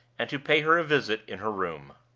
and to pay her a visit in her room.